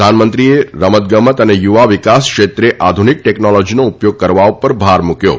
પ્રધાનમંત્રીએ રમત ગમત અને યુવા વિકાસ ક્ષેત્રે આધુનિક ટેકનોલોજીનો ઉપયોગ કરવા ઉપર ભાર મૂક્યો હતો